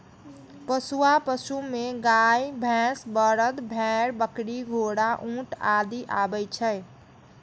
पोसुआ पशु मे गाय, भैंस, बरद, भेड़, बकरी, घोड़ा, ऊंट आदि आबै छै